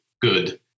good